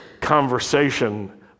conversation